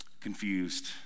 confused